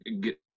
get